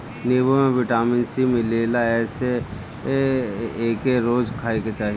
नीबू में vitamin C मिलेला एसे एके रोज खाए के चाही